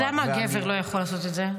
אז למה הגבר לא יכול לעשות את זה?